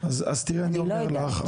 אני לא יודעת.